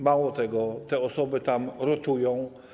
Mało tego, te osoby tam rotują.